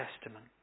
Testament